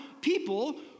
people